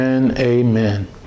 amen